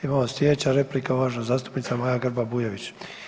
Imamo sljedeća replika uvažena zastupnica Maja Grba-Bujević.